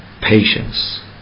patience